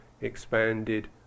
expanded